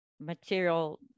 material